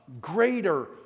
greater